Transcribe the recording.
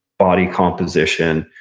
body composition.